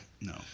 No